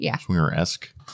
swinger-esque